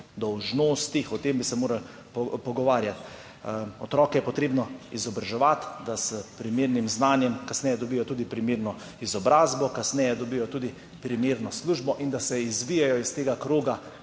Dolžnostih. O tem bi se morali pogovarjati. Otroke je potrebno izobraževati, da s primernim znanjem kasneje dobijo tudi primerno izobrazbo, kasneje dobijo tudi primerno službo in da se izvijejo iz tega kroga